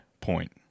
point